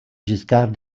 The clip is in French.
giscard